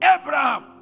Abraham